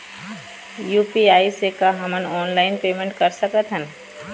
UPI से का हमन ऑनलाइन पेमेंट कर सकत हन?